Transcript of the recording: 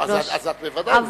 אז את בוודאי מבינה.